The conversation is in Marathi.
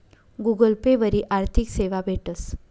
गुगल पे वरी आर्थिक सेवा भेटस